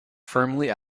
firmly